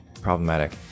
problematic